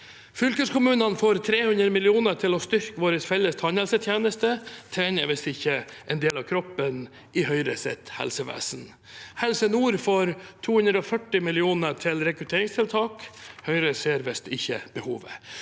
Fylkeskommunene får 300 mill. kr til å styrke vår felles tann helsetjeneste. Tennene er visst ikke en del av kroppen i Høyres helsevesen. Helse nord får 240 mill. kr til rekrutteringstiltak. Høyre ser visst ikke behovet.